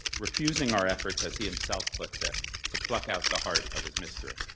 refusing our efforts, as he himself puts it to pluck out the heart of his mystery.